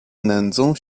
nędzą